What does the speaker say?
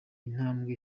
intambwe